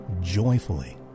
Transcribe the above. joyfully